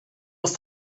ist